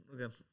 okay